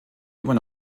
immer